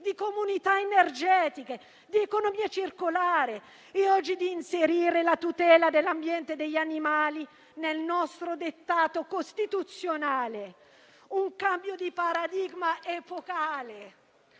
di comunità energetiche, di economia circolare e oggi di inserire la tutela dell'ambiente e degli animali nel nostro dettato costituzionale. Un cambio di paradigma epocale.